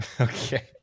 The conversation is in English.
okay